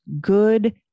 good